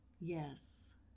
Yes